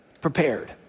prepared